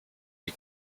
die